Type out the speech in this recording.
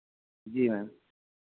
जी ma'am